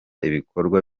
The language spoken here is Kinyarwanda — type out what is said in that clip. ibikorwa